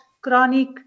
chronic